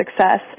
success